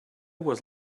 was